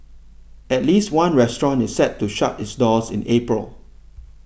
at least one restaurant is set to shut its doors in April